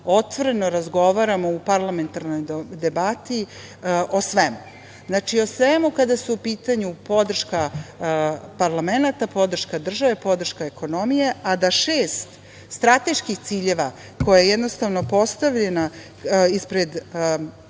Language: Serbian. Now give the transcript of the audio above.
otvoreno da razgovaramo u parlamentarnoj debati o svemu. Znači, o svemu kada su u pitanju podrška parlamenata, podrška države, podrška ekonomije, a da šest strateških ciljeva, koji su jednostavno postavljeni ispred nas